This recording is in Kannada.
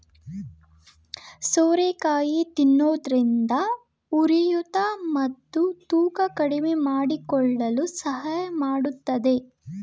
ಸೋರೆಕಾಯಿ ತಿನ್ನೋದ್ರಿಂದ ಉರಿಯೂತ ಮತ್ತು ತೂಕ ಕಡಿಮೆಮಾಡಿಕೊಳ್ಳಲು ಸಹಾಯ ಮಾಡತ್ತದೆ